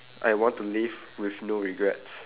I want to live with no regrets